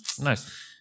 nice